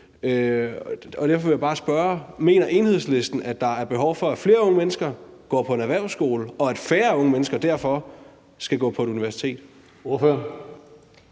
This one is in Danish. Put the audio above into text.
og derfor vil jeg bare spørge: Mener Enhedslisten, at der er behov for, at flere unge mennesker går på en erhvervsskole, og at færre unge mennesker derfor skal gå på et universitet? Kl.